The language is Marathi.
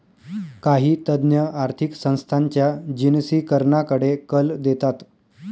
काही तज्ञ आर्थिक संस्थांच्या जिनसीकरणाकडे कल देतात